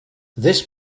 this